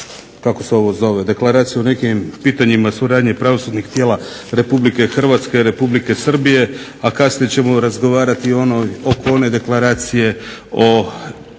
kako se ovo zove, deklaracija o nekim pitanjima suradnje pravosudnih tijela RH i Republike Srbije, a kasnije ćemo razgovarati oko one deklaracije o